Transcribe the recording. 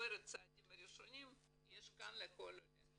חוברת "צעדים ראשונים" יש לכל עולה.